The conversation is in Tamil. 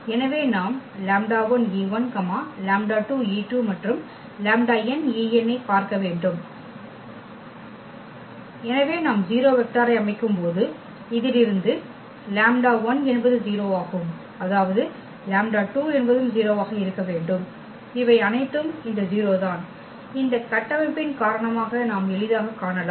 எனவே நாம் மற்றும் ஐ பார்க்க வேண்டும் எனவே நாம் 0 வெக்டாரை அமைக்கும் போது இதிலிருந்து என்பது 0 ஆகும் அதாவது என்பதும் 0 ஆக இருக்க வேண்டும் இவை அனைத்தும் இந்த 0's தான் இந்த கட்டமைப்பின் காரணமாக நாம் எளிதாகக் காணலாம்